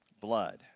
blood